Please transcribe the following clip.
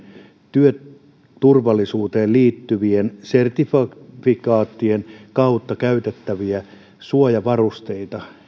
työturvallisuuteen liittyvien sertifikaattien kautta käytettäviä suojavarusteita